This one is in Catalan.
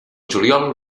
juliol